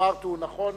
שאמרת הוא נכון